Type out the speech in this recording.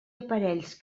aparells